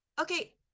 Okay